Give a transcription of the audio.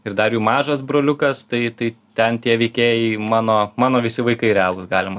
ir dar jų mažas broliukas tai tai ten tie veikėjai mano mano visi vaikai realūs galima